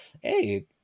hey